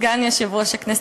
סגן יושב-ראש הכנסת,